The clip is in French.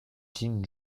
jin